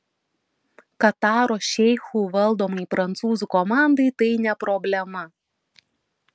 kataro šeichų valdomai prancūzų komandai tai ne problema